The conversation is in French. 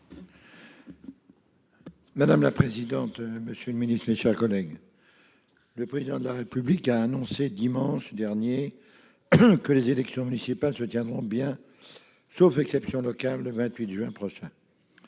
Madame la présidente, monsieur le ministre, mes chers collègues, le Président de la République l'a annoncé dimanche dernier : les élections municipales se tiendront bien, sauf exception locale, le 28 juin prochain.